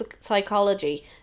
psychology